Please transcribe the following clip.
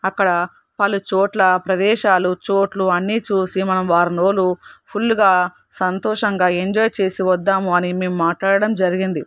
అక్కడ పలుచోట్ల ప్రదేశాలు చోట్లు అన్ని చూసి మనం వారం రోజులు ఫుల్లుగా సంతోషంగా ఎంజాయ్ చేసి వద్దాము అని మేము మాట్లాడడం జరిగింది